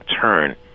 turn